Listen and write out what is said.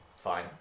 Fine